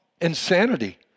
insanity